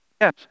Yes